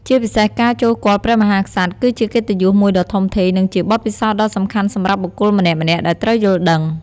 ជាពិសេសការចូលគាល់ព្រះមហាក្សត្រ គឺជាកិត្តិយសមួយដ៏ធំធេង និងជាបទពិសោធន៍ដ៏សំខាន់សម្រាប់បុគ្គលម្នាក់ៗដែលត្រូវយល់ដឹង។